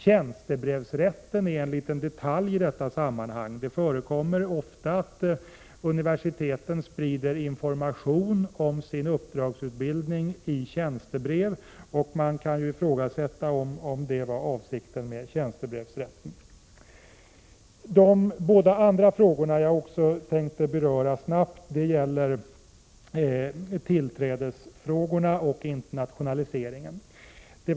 Tjänstebrevsrätten är en liten detalj i detta sammanhang. Det förekommer ofta att universiteten sprider information om sin uppdragsutbildning i tjänstebrev. Man kan ifrågasätta om det var avsikten med tjänstebrevsrätten. De båda andra frågor jag också tänkte beröra snabbt är tillträdesfrågorna och internationaliseringen.